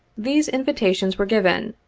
these invitations were given,